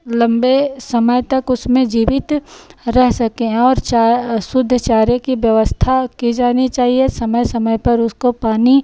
लम्बे समय तक उसमें जीवित रह सकें और चा शुद्ध चारे की व्यवस्था की जानी चाहिए समय समय पे उसको पानी